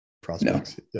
prospects